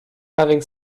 having